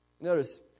Notice